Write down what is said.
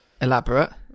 Elaborate